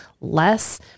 less